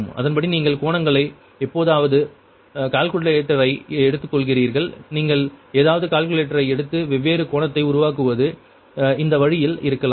அதன்படி நீங்கள் கோணங்களை எப்போதாவது கால்குலேட்டரை எடுத்துக்கொள்கிறீர்கள் நீங்கள் ஏதாவது கால்குலேட்டரை எடுத்து வெவ்வேறு கோணத்தை உருவாக்குவது இந்த வழியில் இருக்கலாம்